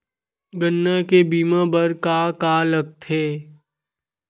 गन्ना के बीमा बर का का लगथे?